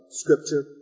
scripture